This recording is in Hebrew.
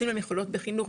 נותנים להם יכולות בחינוך,